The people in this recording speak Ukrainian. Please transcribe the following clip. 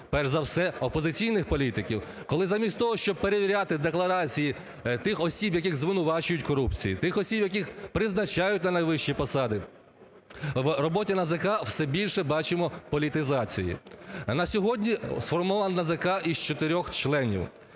перш за все, опозиційних політиків, коли замість того, щоб перевіряти декларації тих осіб, яких звинувачують у корупції, тих осіб, яких призначають на найвищі посади, в роботі НАЗК все більше бачимо політизації. На сьогодні сформовано НАЗК із чотирьох членів,